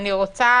אני רוצה